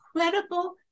incredible